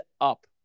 up